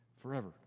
Forever